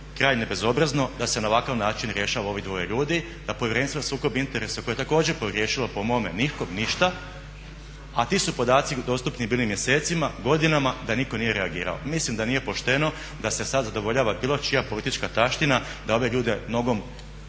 krajnje bezobrazno da se na ovakav način rješava ovih dvoje ljudi. Da Povjerenstvo za sukob interesa koje je također pogriješilo po mome nikom ništa a ti su podaci dostupni bili mjesecima, godinama da nitko nije reagirao. Mislim da nije pošteno da se sada zadovoljava bilo čija politička taština da ove ljude nogom